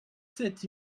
sept